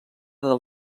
del